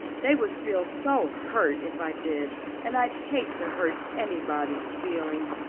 they would feel so hurt if i did and i'd hate to hurt anybody's feelings,